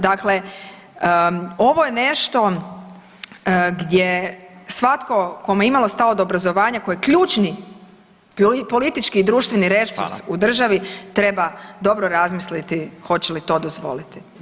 Dakle, ovo je nešto gdje svatko kome je imalo stalo do obrazovanja koje je ključni politički i društveni resurs [[Upadica Radin: Hvala.]] u državi, treba dobro razmisliti hoće li to dozvoliti.